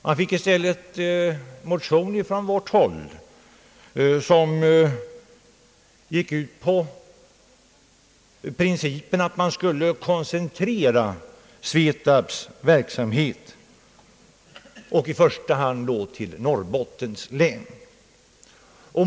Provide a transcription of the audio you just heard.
Man fick i stället en motion från vårt håll som gick ut på att SVETAB:s verksamhet skall koncentreras, i första hand till Norrbottens län.